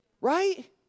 right